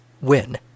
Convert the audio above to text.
win